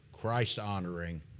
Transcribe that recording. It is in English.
Christ-honoring